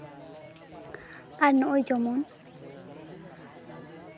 ᱟᱨ ᱱᱚᱜᱼᱚᱭ ᱡᱮᱢᱚᱱ